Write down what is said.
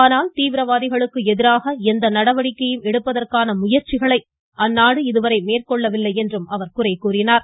ஆனால் தீவிரவாதிகளுக்கு எதிராக எந்த நடவடிக்கையும் எடுப்பதற்கான முயற்சிகளை அந்நாடு மேற்கொள்ளவில்லை என்றும் அவர் குறை கூறினார்